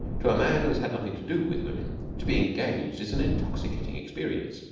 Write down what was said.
to a man who has had nothing to do with women, to be engaged is an intoxicating experience,